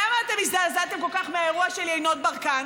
למה אתם הזדעזעתם כל כך מהאירוע של יינות ברקן?